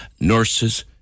nurses